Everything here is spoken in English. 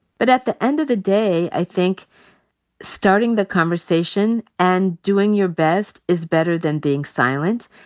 but at the end of the day, i think starting the conversation and doing your best is better than being silent.